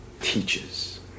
teaches